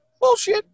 Bullshit